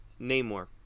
Namor